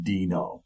Dino